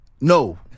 No